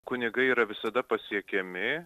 kunigai yra visada pasiekiami